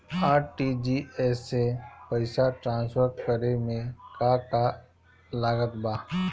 RTGS से पईसा transfer करे मे का का लागत बा?